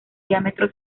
diámetro